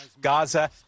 gaza